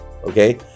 okay